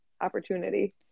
opportunity